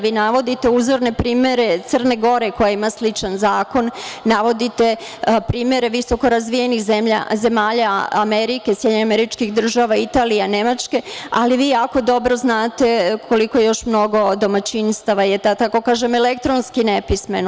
Navodite uzorne primere Crne Gore koja ima sličan zakon, navodite primere visokorazvijenih zemalja, SAD, Italije, Nemačke, ali vi jako dobro znate koliko je još mnogo domaćinstava da tako kažem, elektronski nepismeno.